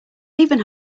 even